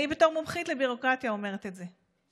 אני, בתור מומחית לביורוקרטיה, אומרת את זה.